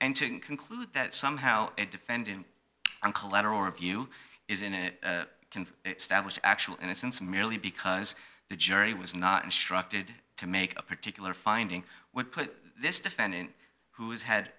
and to conclude that somehow a defendant on collateral review is in actual innocence merely because the jury was not instructed to make a particular finding would put this defendant who is head